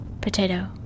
potato